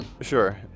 Sure